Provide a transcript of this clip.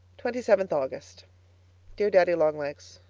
twenty seventh august dear daddy-long-legs,